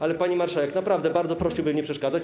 Ale, pani marszałek, naprawdę, bardzo prosiłbym nie przeszkadzać.